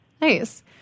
Nice